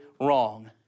wrong